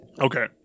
Okay